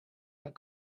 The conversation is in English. not